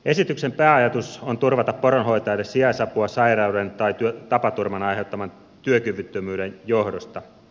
esityksen pääajatus on turvata poronhoitajille sijaisapua sairauden tai tapaturman aiheuttaman työkyvyttömyyden johdosta